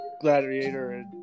gladiator